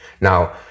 Now